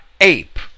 ape